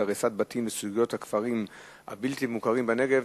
הריסת בתים וסוגיית הכפרים הבלתי-מוכרים בנגב,